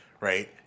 right